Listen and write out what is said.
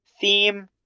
theme